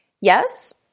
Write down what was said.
Yes